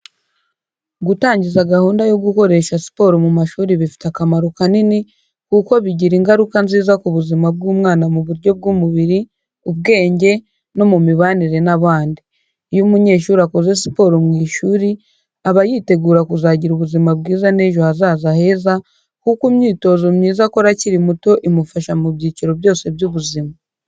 Gutangiza gahunda yo gukoresha siporo mu mashuri bifite akamaro kanini kuko bigira ingaruka nziza ku buzima bw'umwana mu buryo bw'umubiri, ubwenge, no mu mibanire n'abandi. Iyo umunyeshuri akoze siporo mu ishuri, aba yitegura kuzagira ubuzima bwiza n'ejo hazaza heza, kuko imyitozo myiza akora akiri muto imufasha mu byiciro byose by'ubuzima.